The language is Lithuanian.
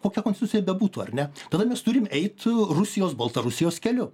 kokia konstitucija bebūtų ar ne tada mes turim eit rusijos baltarusijos keliu